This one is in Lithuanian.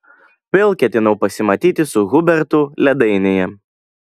vėl ketinau pasimatyti su hubertu ledainėje